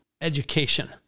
education